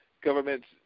governments